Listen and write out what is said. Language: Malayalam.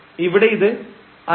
ഇവിടെ ഇത് 5 ആണ്